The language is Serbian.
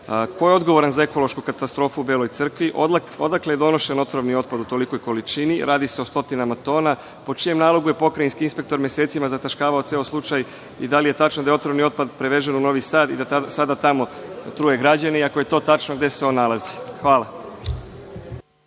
ko je odgovoran za ekološku katastrofu u Beloj Crkvi, odakle je donošen otrovni otpad u tolikoj količini? Radi se o stotinama tona. Po čijem nalogu je pokrajinski inspektor mesecima zataškavao ceo slučaj i da li je tačno da je otrovni otpad prevezen u Novi Sad i da je sada tamo truje građane? Ako je to tačno, gde se on nalazi? Hvala.